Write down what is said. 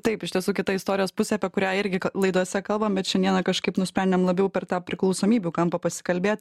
taip iš tiesų kita istorijos pusė apie kurią irgi laidose kalbam bet šiandiena kažkaip nusprendėm labiau per tą priklausomybių kampą pasikalbėt